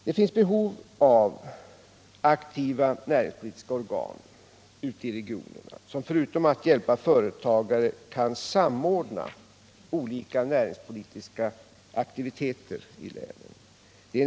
Det finns ett behov av aktiva näringspolitiska organ ute i regionerna som, förutom att hjälpa företagare, kan samordna olika näringspolitiska aktiviteter i länen.